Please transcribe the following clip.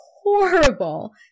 horrible